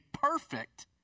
perfect